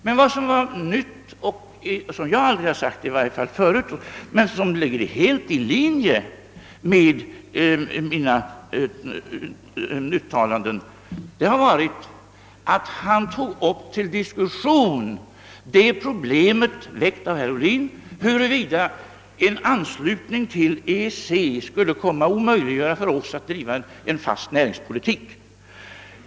Men vad som var nytt, och det har jag i varje fall inte sagt tidigare men det ligger helt i linje med mina uttalanden, var att herr Wickman tog upp till diskussion det problem som herr Ohlin dragit fram, nämligen huruvida en anslutning till EEC skulle omöjliggöra för oss att driva en fast näringspolitik.